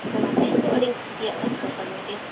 ᱚᱱᱟᱛᱮ ᱤᱧᱫᱚ ᱟᱹᱰᱤᱧ ᱠᱩᱥᱤᱭᱟᱜᱼᱟ ᱥᱳᱥᱟᱞ ᱢᱤᱰᱤᱭᱟ